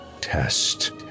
test